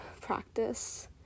practice